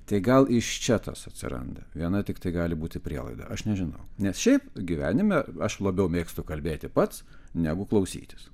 tai gal iš čia tas atsiranda viena tiktai gali būti prielaida aš nežinau nes šiaip gyvenime aš labiau mėgstu kalbėti pats negu klausytis